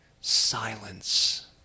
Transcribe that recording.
silence